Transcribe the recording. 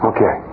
Okay